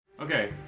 Okay